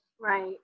Right